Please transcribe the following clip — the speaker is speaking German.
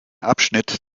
abschnitt